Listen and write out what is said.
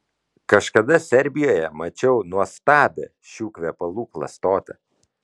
kažkada serbijoje mačiau nuostabią šių kvepalų klastotę